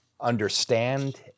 understand